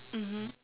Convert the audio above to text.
mmhmm